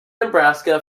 nebraska